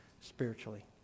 spiritually